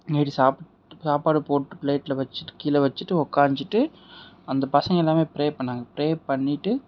night சாப்பிட்டு சாப்பாடு போட்டுகிட்டு பிளேட்டில் வச்சிகிட்டு கீழே வச்சிகிட்டு உக்காந்திட்டு அந்த பசங்க எல்லாருமே ப்ரே பண்ணாங்க ப்ரே பண்ணிட்டு